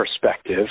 perspective